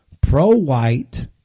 pro-white